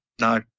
No